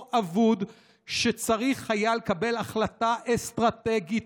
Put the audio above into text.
אבוד שצריך היה לקבל החלטה אסטרטגית,